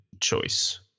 choice